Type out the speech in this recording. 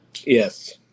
Yes